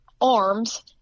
arms